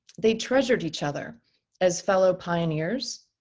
they treasured each other as fellow pioneers,